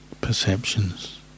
perceptions